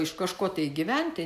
iš kažko gyventi